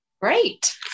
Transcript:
great